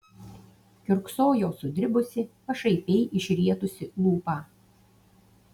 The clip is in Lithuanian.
kiurksojo sudribusi pašaipiai išrietusi lūpą